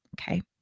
okay